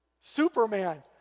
Superman